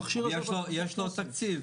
יש לו תקציב.